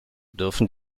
dürfen